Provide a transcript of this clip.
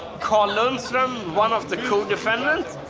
carl lundstrom, one of the co-defendants